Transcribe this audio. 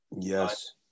Yes